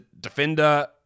defender